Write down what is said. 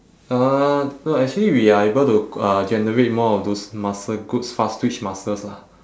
uh no actually we are able to uh generate more of those muscle good fast twitch muscles lah